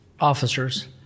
officers